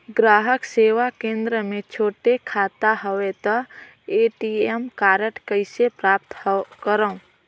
ग्राहक सेवा केंद्र मे छोटे खाता हवय त ए.टी.एम कारड कइसे प्राप्त करव?